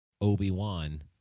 Obi-Wan